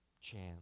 chance